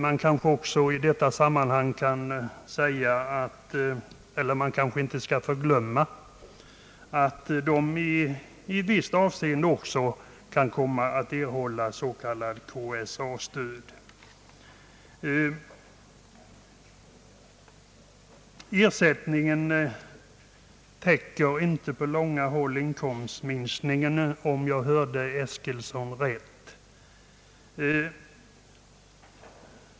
Man kanske i detta sammanhang inte skall glömma att de i visst avseende också kan komma att erhålla s.k. KSA stöd. Ersättningen täcker inte tillnärmelsevis inkomstminskningen, om jag uppfattade herr Eskilsson rätt.